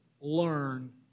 learn